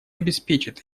обеспечит